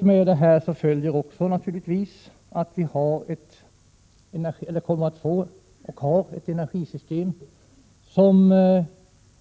Med detta följer naturligtvis också att vi kommer att få ett energisystem som